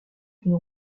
d’une